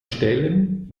stellen